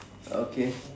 okay